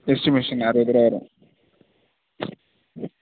estimation அறுபது ரூபா வரும்